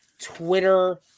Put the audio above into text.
Twitter